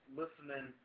listening